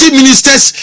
ministers